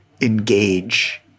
engage